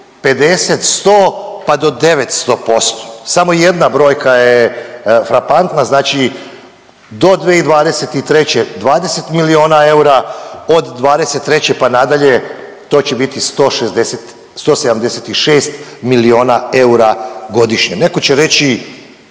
50, 100 pa do 900%. Samo jedna brojka je frapantna. Znači do 2023. 20 miliona eura od '23. pa nadalje to će biti 160, 176 miliona eura godišnje. Neko će reći,